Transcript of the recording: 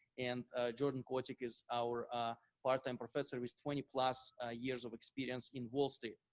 and jordan kotick is our part time professor with twenty plus ah years of experience in wall street,